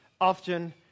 often